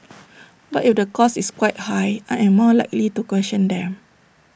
but if the cost is quite high I am more likely to question them